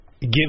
give